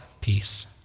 peace